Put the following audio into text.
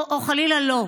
או חלילה לא?